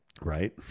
Right